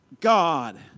God